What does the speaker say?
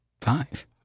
five